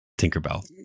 Tinkerbell